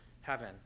heaven